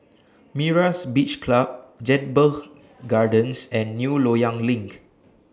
Myra's Beach Club Jedburgh Gardens and New Loyang LINK